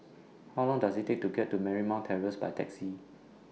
How Long Does IT Take to get to Marymount Terrace By Taxi